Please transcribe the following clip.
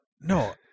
no